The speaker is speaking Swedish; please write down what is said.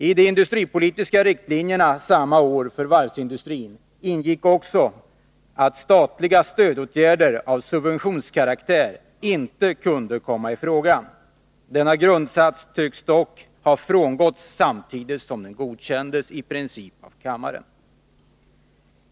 I de industripolitiska riktlinjerna samma år för varvsindustrin ingick också att statliga stödåtgärder av subventionskaraktär inte kunde komma i fråga. Denna grundsats tycks dock ha frångåtts samtidigt som den godkändes i princip av kammaren.